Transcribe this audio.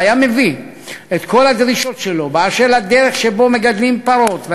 היה מביא את כל הדרישות שלו באשר לדרך שבה מגדלים פרות,